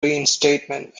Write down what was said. reinstatement